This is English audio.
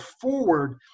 forward